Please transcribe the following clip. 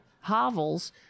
hovels